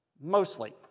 mostly